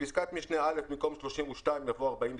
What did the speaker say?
- בפסקת משנה (א), במקום "32״ יבוא ״49"